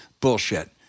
Bullshit